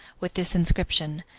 with this inscription,